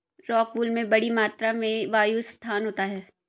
rockwool में बड़ी मात्रा में वायु स्थान होता है